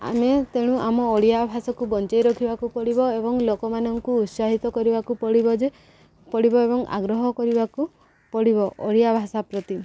ଆମେ ତେଣୁ ଆମ ଓଡ଼ିଆ ଭାଷାକୁ ବଞ୍ଚେଇ ରଖିବାକୁ ପଡ଼ିବ ଏବଂ ଲୋକମାନଙ୍କୁ ଉତ୍ସାହିତ କରିବାକୁ ପଡ଼ିବ ଯେ ପଡ଼ିବ ଏବଂ ଆଗ୍ରହ କରିବାକୁ ପଡ଼ିବ ଓଡ଼ିଆ ଭାଷା ପ୍ରତି